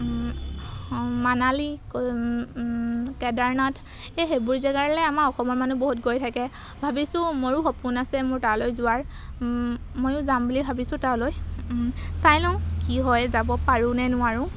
মানালী কেদাৰনাথ এই সেইবোৰ জেগালৈ আমাৰ অসমৰ মানুহ বহুত গৈ থাকে ভাবিছোঁ মোৰো সপোন আছে মোৰ তালৈ যোৱাৰ ময়ো যাম বুলি ভাবিছোঁ তালৈ চাই লওঁ কি হয় যাব পাৰোঁনে নোৱাৰোঁ